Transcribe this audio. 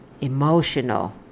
emotional